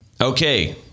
Okay